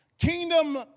Kingdom